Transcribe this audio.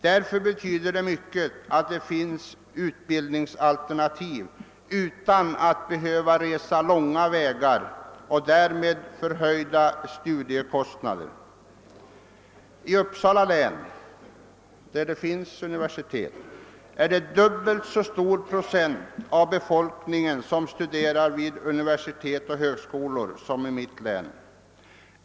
Det betyder därför mycket att utbildningsalternativ finnes, som kan utnyttjas utan att de studerande behöver resa långa sträckor till undervisningsorten och därmed får förhöjda studiekostnader. I Uppsala län, där man har universitetsutbildning, studerar dubbelt så hög procent av befolkningen vid universitet och högskolor som är faHet i mitt hemlän.